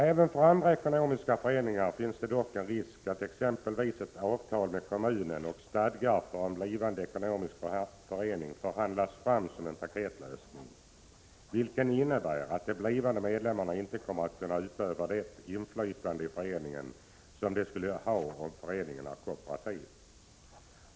Även för andra ekonomiska föreningar finns det dock en risk att exempelvis ett avtal med kommunen och stadgar för en blivande ekonomisk förening förhandlas fram som en paketlösning, vilken innebär att de blivande medlemmarna inte kommer att kunna utöva det inflytande i föreningen som de skall ha om föreningen är kooperativ.